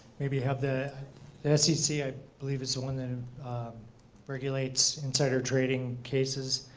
maybe have the scc, i believe is the one that regulates insider trading cases,